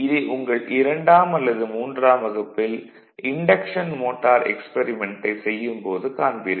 இதை உங்கள் இரண்டாம் அல்லது மூன்றாம் வகுப்பில் இன்டக்ஷன் மோட்டார் எக்ஸ்பரிமெண்ட்டை செய்யும் போது காண்பீர்கள்